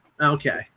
Okay